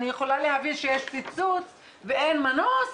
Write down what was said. אני יכולה להבין שיש פיצוץ ואין מנוס,